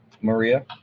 Maria